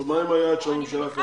אבל מה עם היעד שהממשלה קבעה?